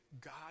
God